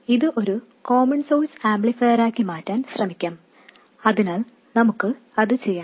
അതിനാൽ ഇത് ഒരു കോമൺ സോഴ്സ് ആംപ്ലിഫയറാക്കി മാറ്റാൻ ശ്രമിക്കാം അതിനാൽ നമുക്ക് അത് ചെയ്യാം